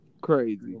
Crazy